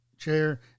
chair